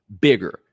Bigger